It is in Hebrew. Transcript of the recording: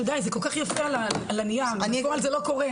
זה כל כך יפה על הנייר, אבל בפועל זה לא קורה.